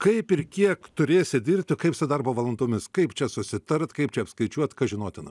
kaip ir kiek turėsi dirbti kaip su darbo valandomis kaip čia susitart kaip čia apskaičiuot kas žinotina